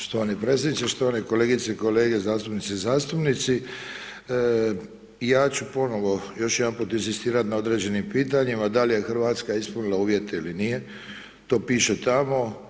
Štovani predsjedniče, štovane kolegice i kolege, zastupnice i zastupnici, ja ću ponovo, još jedanput inzistirati na određenim pitanjima, dal je RH ispunila ispunila uvjete ili nije, to piše tamo.